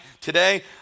today